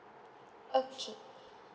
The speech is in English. okay